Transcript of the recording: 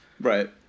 Right